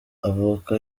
avuka